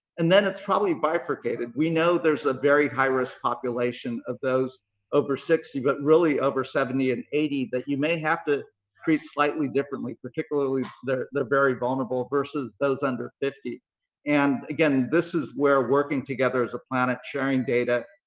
and then it's probably bifurcated. we know there's a very high risk population of those over sixty but really over seventy and eighty that you may have to treat slightly differently. particularly, they're they're very vulnerable versus those under fifty and again this is where working together as a planet, sharing data,